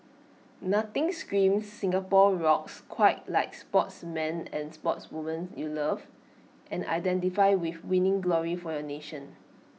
nothing screams 'Singapore rocks' quite like sportsmen and sportswomen you love and identify with winning glory for your nation